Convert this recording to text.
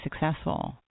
successful